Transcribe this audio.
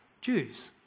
Jews